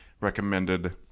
recommended